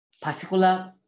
particular